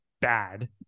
bad